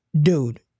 Dude